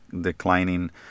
declining